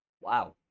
Wow